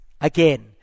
Again